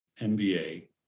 MBA